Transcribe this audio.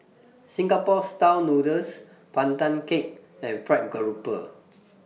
Singapore Style Noodles Pandan Cake and Fried Grouper